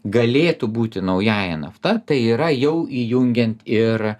galėtų būti naująja nafta tai yra jau įjungiant ir